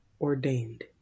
ordained